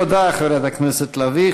תודה, חברת הכנסת לביא.